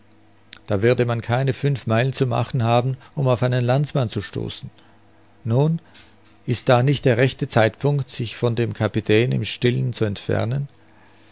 da würde man keine fünf meilen zu machen haben um auf einen landsmann zu stoßen nun ist da nicht der rechte zeitpunkt sich von dem kapitän im stillen zu entfernen